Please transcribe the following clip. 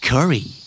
Curry